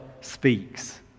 speaks